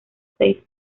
seis